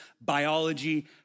biology